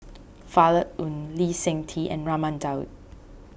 Violet Oon Lee Seng Tee and Raman Daud